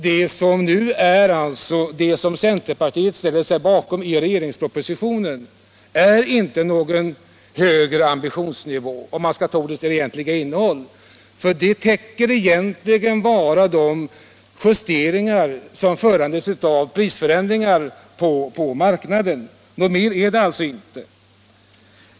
Det som centerpartiet nu ställer sig bakom i regeringspropositionen innebär inte någon högre ambitionsnivå, om man använder ordet i dess egentliga betydelse. De nu föreslagna höjningarna täcker egentligen bara de justeringar som föranleds av prisförändringar på marknaden. Något annat är det alltså inte fråga om.